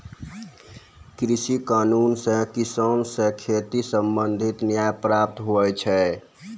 कृषि कानून से किसान से खेती संबंधित न्याय प्राप्त हुवै छै